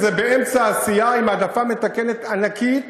וזה באמצע עשייה, עם העדפה מתקנת ענקית,